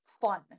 fun